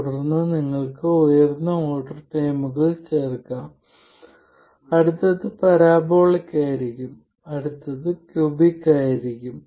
തുടർന്ന് നിങ്ങൾക്ക് ഉയർന്ന ഓർഡർ ടേമുകൾ ചേർക്കാം അടുത്തത് പരാബോളിക് ആയിരിക്കും അടുത്തത് ക്യൂബിക് ആയിരിക്കും